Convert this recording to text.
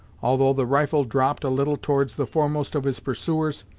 although the rifle dropped a little towards the foremost of his pursuers,